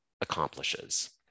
accomplishes